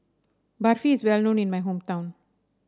barfi is well known in my hometown